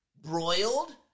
broiled